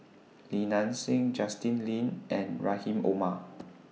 Li Nanxing Justin Lean and Rahim Omar